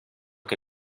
que